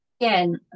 Again